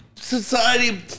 society